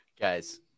guys